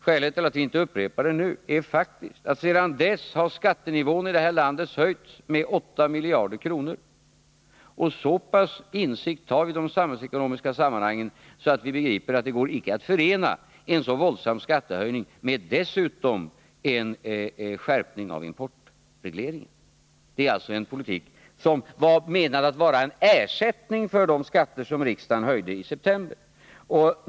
Skälet till att vi inte upprepar det nu är faktiskt, att sedan vi framställde förslaget har skattenivån i det här landet höjts med 8 miljarder kronor. Och vi har så pass god insikt i de samhällsekonomiska sammanhangen att vi begriper att det inte går att förena en så våldsam skattehöjning med en skärpning av importregleringen. En sådan åtgärd var alltså menad att vara en ersättning för de skatter som riksdagen höjde i september.